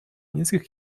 низких